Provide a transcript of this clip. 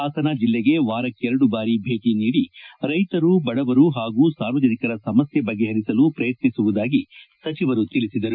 ಹಾಸನ ಜಿಲ್ಲೆಗೆ ವಾರಕ್ಷೆರಡು ಬಾರಿ ಛೇಟಿ ನೀಡಿ ರೈತರು ಬಡವರು ಹಾಗೂ ಸಾರ್ವಜನಿಕರ ಸಮಸ್ಕೆ ಬಗೆಪರಿಸಲು ಶ್ರಯತ್ನಿಸುವುದಾಗಿ ಸಚಿವರು ತಿಳಿಸಿದರು